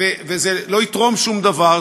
וזה לא יתרום שום דבר.